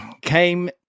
came